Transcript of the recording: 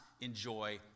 enjoy